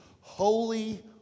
holy